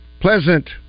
Pleasant